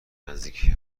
نزدیکی